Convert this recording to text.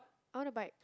I want a bike